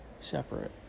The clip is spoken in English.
separate